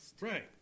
Right